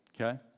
Okay